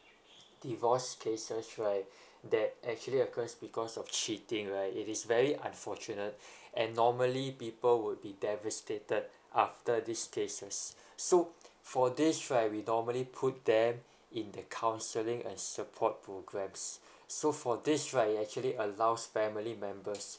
divorce cases right that actually occurs because of cheating right it is very unfortunate and normally people would be devastated after these cases so for this right we normally put them in the counseling and support programs so for this right it actually allows family members